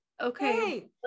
okay